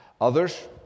others